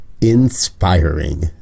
inspiring